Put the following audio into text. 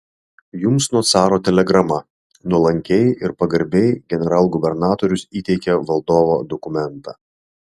jums nuo caro telegrama nuolankiai ir pagarbiai generalgubernatorius įteikė valdovo dokumentą